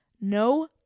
No